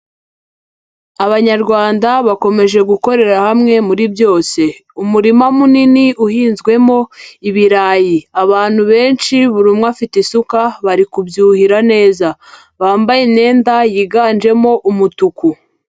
Abanyarwanda bakomeje gukorera hamwe muri byose. Umurima munini uhinzwemo ibirayi, abantu benshi buri umwe afite isuka bari kubyuhira neza bambaye imyenda yiganjemo umutuku.